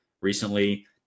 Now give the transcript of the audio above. recently